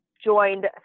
joined